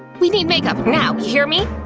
we need makeup now, you hear me!